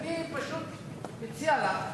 אני פשוט מציע לך,